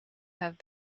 have